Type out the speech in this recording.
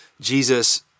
Jesus